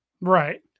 Right